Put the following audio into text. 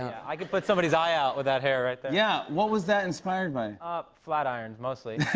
i could put somebody's eye out with that hair right there. yeah. what was that inspired by? ah flat irons, mostly.